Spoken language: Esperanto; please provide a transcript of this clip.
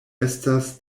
estas